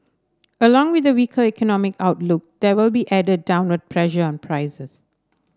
along with the weaker economic outlook there will be added downward pressure on prices